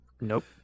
Nope